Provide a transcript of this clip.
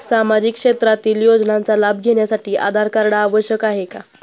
सामाजिक क्षेत्रातील योजनांचा लाभ घेण्यासाठी आधार कार्ड आवश्यक आहे का?